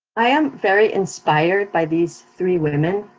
i am very inspired by these three women,